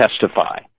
testify